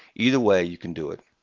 either way, you can do it.